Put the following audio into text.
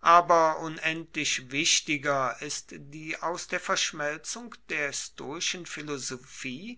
aber unendlich wichtiger ist die aus der verschmelzung der stoischen philosophie